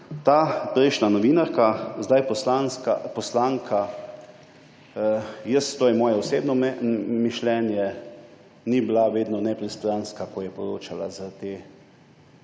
Ta prejšnja novinarka, zdaj poslanka, jaz, to je moje osebno mišljenje, ni bila vedno nepristranska, ko je poročala za te